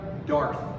Darth